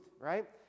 right